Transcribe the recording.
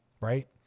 right